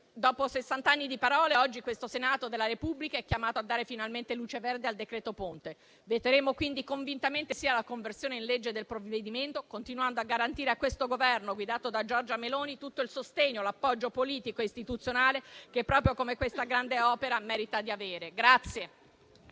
sessant'anni di parole, oggi il Senato della Repubblica è chiamato a dare finalmente luce verde al decreto-legge sul Ponte. Voteremo quindi convintamente sì alla conversione in legge del provvedimento, continuando a garantire a questo Governo guidato da Giorgia Meloni tutto il sostegno, l'appoggio politico e istituzionale che, proprio come questa grande opera, merita di avere.